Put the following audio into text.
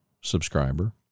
subscriber